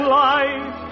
life